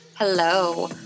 Hello